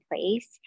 place